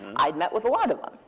i'd met with a lot of them.